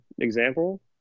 example